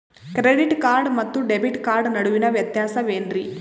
Credit card ಮತ್ತು debit card ನಡುವಿನ ವ್ಯತ್ಯಾಸ ವೇನ್ರೀ?